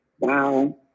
Wow